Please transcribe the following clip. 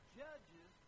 judges